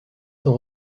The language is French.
son